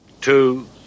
two